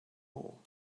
all